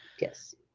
yes